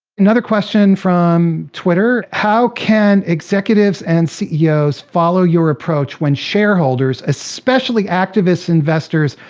another question from twitter. how can executives and ceos follow your approach when shareholders, especially activist investors,